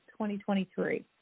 2023